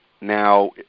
Now